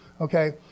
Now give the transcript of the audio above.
Okay